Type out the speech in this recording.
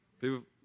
People